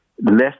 less